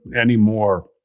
anymore